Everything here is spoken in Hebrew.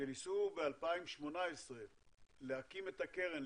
כשניסו ב-2018 להקים את הקרן,